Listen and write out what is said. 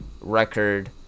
record